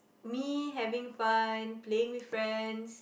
me having fun playing with friends